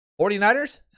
49ers